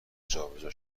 جابجا